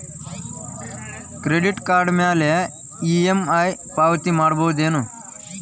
Credit card ಮ್ಯಾಲೆ EMI ಪಾವತಿ ಮಾಡ್ಬಹುದೇನು?